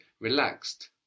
Relaxed